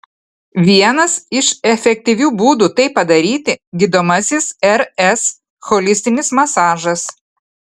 vienas iš efektyvių būdų tai padaryti gydomasis rs holistinis masažas